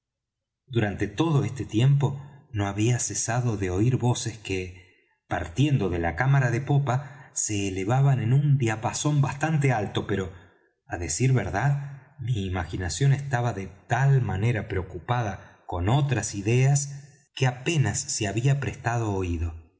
durante todo este tiempo no había cesado de oir voces que partiendo de la cámara de popa se elevaban en un diapasón bastante alto pero á decir verdad mi imaginación estaba de tal manera preocupada con otras ideas que apenas si había prestado oído